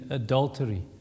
adultery